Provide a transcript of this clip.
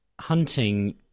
hunting